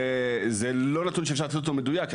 זה לא נתון שאפשר לתת אותו במדויק.